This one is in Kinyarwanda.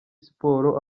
siporo